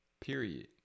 period